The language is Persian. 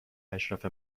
اشرف